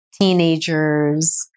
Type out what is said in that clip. teenagers